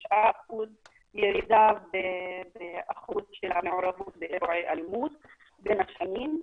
ירידה במעורבות באירועי אלימות עם השנים.